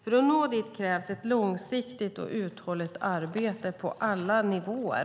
För att nå dit krävs ett långsiktigt och uthålligt arbete på alla nivåer.